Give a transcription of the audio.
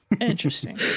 Interesting